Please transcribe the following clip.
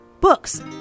books